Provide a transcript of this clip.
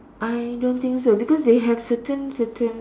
I don't think so because they have certain certain